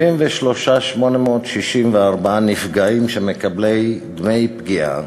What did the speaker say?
73,864 נפגעים מקבלי דמי פגיעה,